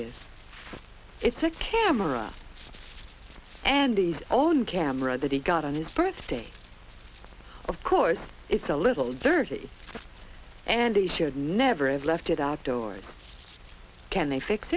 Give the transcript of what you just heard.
is it's a camera it's andy's own camera that he got on his birthday of course it's a little dirty and he should never have left it outdoors can they fix